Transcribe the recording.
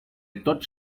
tots